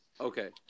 Okay